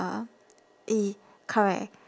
uh correct